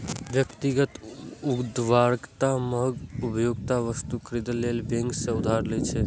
व्यक्तिगत उधारकर्ता महग उपभोक्ता वस्तु खरीदै लेल बैंक सं उधार लै छै